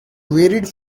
varied